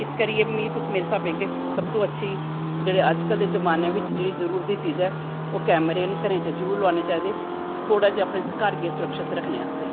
इस करियै मेरे हिसावें ते सब तो अच्छी जेह्ड़े अज्ज कल्ल दे जमानें बिच्च जेह्ड़ी चीज़ ऐ ओह् कैमरे न घरें च जरूर लोआनें चाही दे थोह्ड़ा जा अपनें घर गी सुरक्षित रक्खनें आस्ते